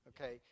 Okay